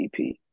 EP